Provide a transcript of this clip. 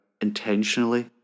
intentionally